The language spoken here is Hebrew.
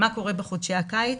מה קורה בחודשי הקיץ.